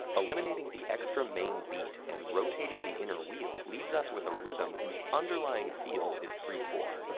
eliminating the extra main beat and rotating the inner wheel leaves us with a rhythm whose underlying feel is three-four.